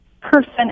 person